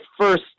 first